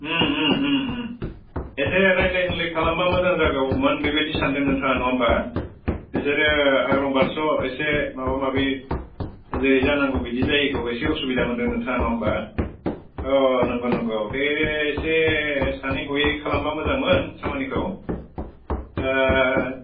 एसे रायज्लाय होनलाय खालामोबा मोजां जागौमोन बेबायदि सान्दों नोंथाङा नङा होनबा बिसोरो आग्रं बारस' एसे माबा माबि जेरै जानांगौ बिदि जायिखौ एसे असुबिदा मोन्दों नोंथाङा नङा होनबा अ नंगौ नंगौ बे एसे सानै हयै खालामोबा मोजांमोन खामानिखौ